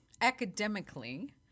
academically